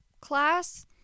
class